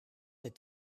that